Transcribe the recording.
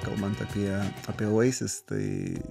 kalbant apie apie vaisius tai